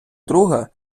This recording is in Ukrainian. друга